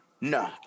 No